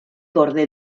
gorde